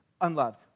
unloved